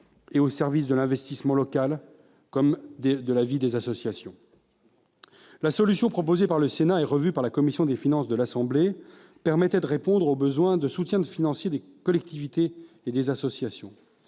et au service de l'investissement local et des associations. La solution proposée par le Sénat et revue par la commission des finances de l'Assemblée nationale permettait de répondre au besoin de soutien financier des collectivités et des associations.